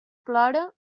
plora